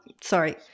sorry